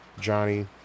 Johnny